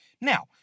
Now